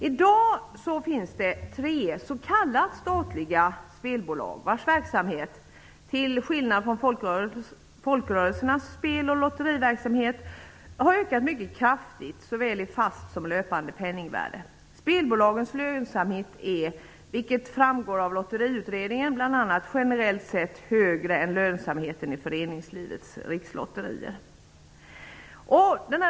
I dag finns tre s.k. statliga spelbolag vars verksamhet till skillnad folkrörelsernas spel och lotteriverksamhet har ökat mycket kraftigt såväl i fast som i löpande penningvärde. Spelbolagens lönsamhet är, vilket framgår av bl.a. Lotteriutredningen, generellt sett bättre än i föreningslivets rikslotterier.